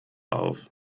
auf